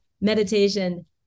meditation